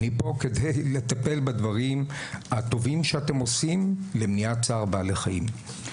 אני פה כדי לטפל בדברים הטובים שאתם עושים למניעת צער בעלי חיים.